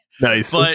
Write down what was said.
Nice